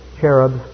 cherubs